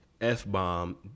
F-bomb